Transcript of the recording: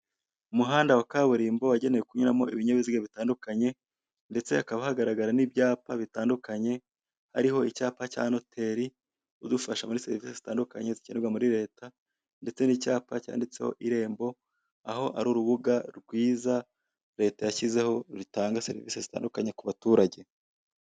Umuhanda wa kaburimbo wagenewe kunyuramo ibinyabiziga bitandukanye ndetse hakaba hagaragara n'ibyapa bitandukanye hariho icyapa cya noteri, udufasha muri serivise zitandukanye zikenerwa muri leta ndetse n'icyapa cyanditseho irembo aho ari urubuga rwiza leta yashyizeho rutanga serivise zitandukanye ku baturage.